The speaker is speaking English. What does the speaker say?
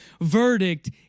verdict